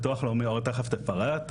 ביטוח לאומי, אור תיכף תפרט.